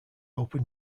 open